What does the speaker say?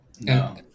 No